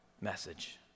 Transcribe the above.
message